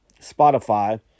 Spotify